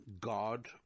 God